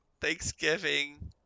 Thanksgiving